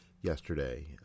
yesterday